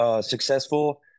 successful